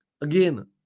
again